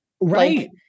right